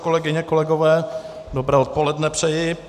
Kolegyně, kolegové, dobré odpoledne přeji.